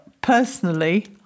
Personally